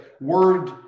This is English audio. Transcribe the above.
word